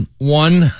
one